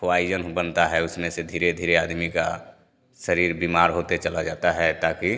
Poisson बनता है उसमें से धीरे धीरे आदमी का शरीर बिमार होते चला जाता है ताकि